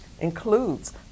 includes